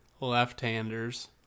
left-handers